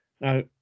Now